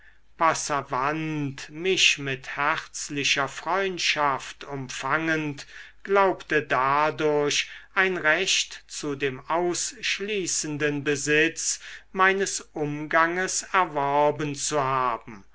passavant mich mit herzlicher freundschaft umfangend glaubte dadurch ein recht zu dem ausschließenden besitz meines umganges erworben zu haben